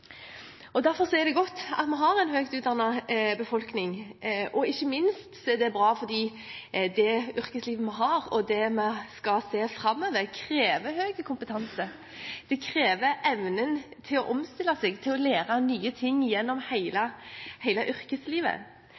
Derfor er det godt at vi har en høyt utdannet befolkning, og ikke minst er det bra fordi det yrkeslivet vi har, og det vi skal se framover, krever høy kompetanse, det krever evne til å omstille seg og til å lære nye ting gjennom hele yrkeslivet.